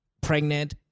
pregnant